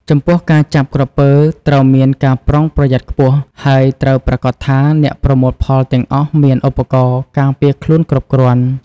ចំពោះការចាប់ក្រពើត្រូវមានការប្រុងប្រយ័ត្នខ្ពស់ ហើយត្រូវប្រាកដថាអ្នកប្រមូលផលទាំងអស់មានឧបករណ៍ការពារខ្លួនគ្រប់គ្រាន់។